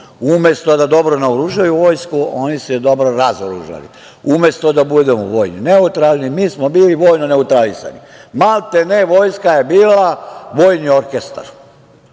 Umesto da dobro naoružaju vojsku oni su je dobro razoružali. Umesto da budemo vojno neutralni, mi smo bili vojno neutralisani. Maltene, vojska je bila vojni orkestar